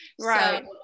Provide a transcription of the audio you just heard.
Right